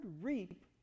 reap